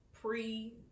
pre